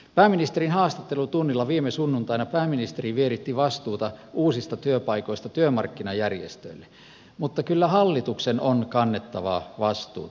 pääministerin haastattelutunnilla viime sunnuntaina pääministeri vieritti vastuuta uusista työpaikoista työmarkkinajärjestöille mutta kyllä hallituksen on kannettava vastuuta